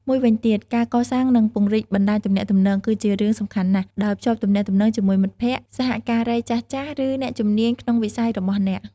មួយវិញទៀត ការកសាងនិងពង្រីកបណ្ដាញទំនាក់ទំនង គឺជារឿងសំខាន់ណាស់ ដោយភ្ជាប់ទំនាក់ទំនងជាមួយមិត្តភក្តិ សហការីចាស់ៗ ឬអ្នកជំនាញក្នុងវិស័យរបស់អ្នក។